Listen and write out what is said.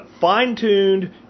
fine-tuned